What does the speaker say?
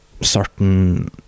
certain